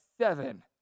seven